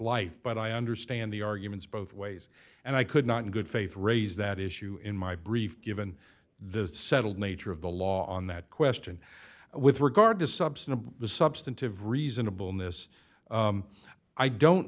life but i understand the arguments both ways and i could not in good faith raise that issue in my brief given the settled nature of the law on that question with regard to substantive substantive reasonable miss i don't